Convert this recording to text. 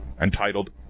entitled